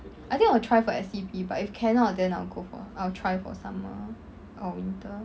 I think I will try for S_E_P but if cannot then I'll go for I'll try for summer or winter